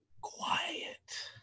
quiet